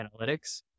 analytics